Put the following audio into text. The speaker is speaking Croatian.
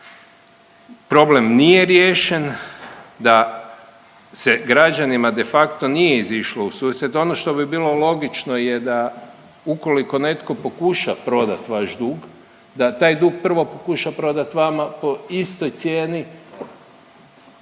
da problem nije riješen, da se građanima de facto nije izišlo u susret. Ono što bi bilo logično je da ukoliko netko pokuša prodat vaš dug da taj dug prvo pokuša prodat vama po istoj cijeni